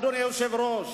אדוני היושב-ראש.